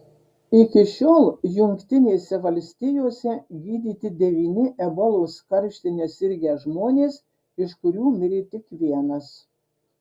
iki šiol jungtinėse valstijose gydyti devyni ebolos karštine sirgę žmonės iš kurių mirė tik vienas